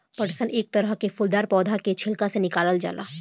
पटसन एक तरह के फूलदार पौधा के छिलका से निकालल जाला